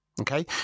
Okay